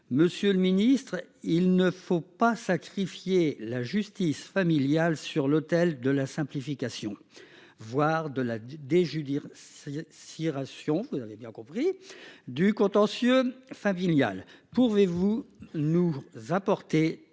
Monsieur le Ministre, il ne faut pas sacrifier la justice familiale sur l'autel de la simplification voire de la des jus dire. Six rations vous avez bien compris du contentieux familial, pouvez-vous nous va apporter